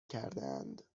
کردهاند